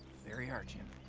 there you are, jim.